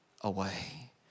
away